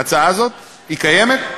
ההצעה הזאת, היא קיימת?